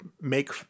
make